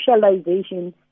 socialization